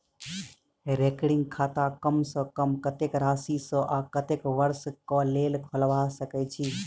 recurring खाता कम सँ कम कत्तेक राशि सऽ आ कत्तेक वर्ष कऽ लेल खोलबा सकय छी